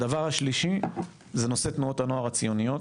הנושא השלישי זה נושא תנועות הנוער הציוניות